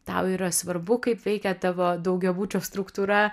tau yra svarbu kaip veikia tavo daugiabučio struktūra